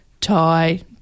Tie